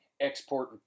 export